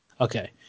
okay